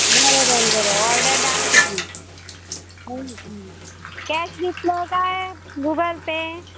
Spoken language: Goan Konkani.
बरें बरें बरें ऑर्डर डान तुगे कॅश दितलो काय गुगल पे